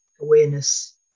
awareness